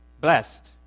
blessed